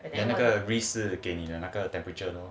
and 那个 wrist 是给你你的那个 temperature you know